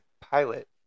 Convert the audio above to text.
pilot